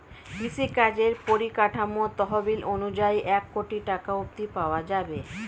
কৃষিকাজের পরিকাঠামো তহবিল অনুযায়ী এক কোটি টাকা অব্ধি পাওয়া যাবে